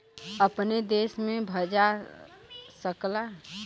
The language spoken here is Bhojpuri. अपने देश में भजा सकला